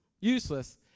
Useless